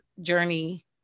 journey